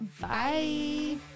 Bye